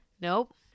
Nope